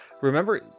Remember